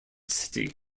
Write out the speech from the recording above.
city